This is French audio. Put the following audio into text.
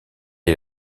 est